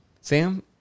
Sam